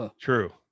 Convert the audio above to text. True